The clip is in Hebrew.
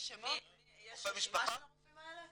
יש רשימה של הרופאים האלה.